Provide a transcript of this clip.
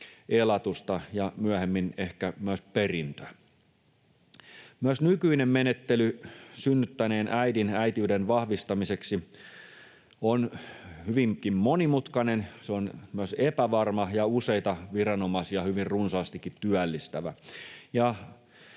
elatusta ja myöhemmin ehkä myös perintöä. Myös nykyinen menettely synnyttäneen äidin äitiyden vahvistamiseksi on hyvinkin monimutkainen. Se on myös epävarma ja useita viranomaisia hyvin runsaastikin työllistävä.